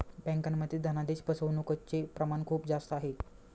बँकांमध्ये धनादेश फसवणूकचे प्रमाण खूप जास्त आहे